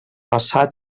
passà